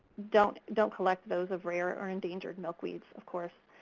don't don't collect those of rare or endangered milkweeds, of course.